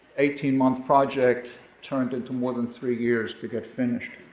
eighteen month project turned into more than three years to get finished.